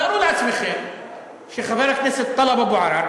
תארו לעצמכם שחבר הכנסת טלב אבו עראר,